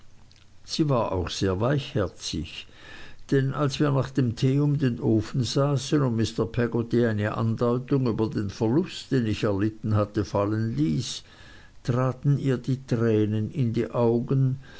sie war auch sehr weichherzig denn als wir nach dem tee um den ofen saßen und mr peggotty eine andeutung über den verlust den ich erlitten hatte fallen ließ traten ihr die tränen in die augen